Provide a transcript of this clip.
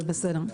זה בסדר.